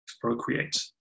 procreate